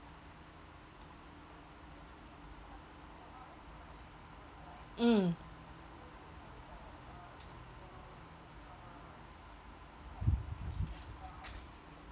mm